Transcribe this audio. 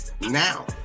now